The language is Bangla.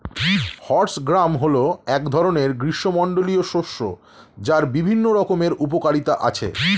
হর্স গ্রাম হল এক ধরনের গ্রীষ্মমণ্ডলীয় শস্য যার বিভিন্ন রকমের উপকারিতা আছে